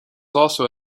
also